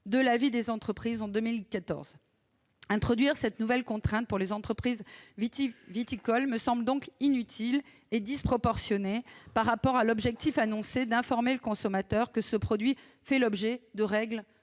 de la vie des entreprises. Imposer cette nouvelle contrainte aux entreprises viticoles me semble donc inutile et disproportionné par rapport à l'objectif annoncé d'informer le consommateur que le produit fait l'objet de règles